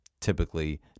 typically